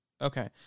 Okay